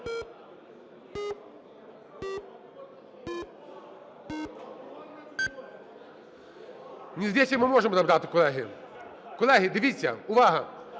Колеги, дивіться. Увага!